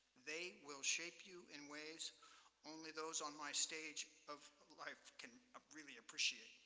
they will shape you in ways only those on my stage of life can ah really appreciate.